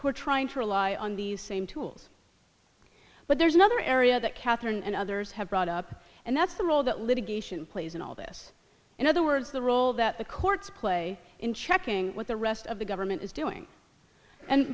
who are trying to rely on these same tools but there's another area that catherine and others have brought up and that's the role that litigation plays in all this in other words the role that the courts play in checking what the rest of the government is doing and